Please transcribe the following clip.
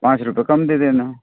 पाँच रुपए कम दे देना